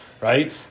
Right